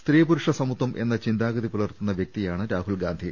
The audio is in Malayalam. സ്ത്രീ പുരുഷ സമത്പം എന്ന ചിന്താഗതി പുലർത്തുന്ന വൃക്തിയാണ് രാഹുൽ ഗാന്ധി